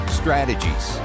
strategies